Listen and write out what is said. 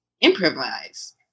improvise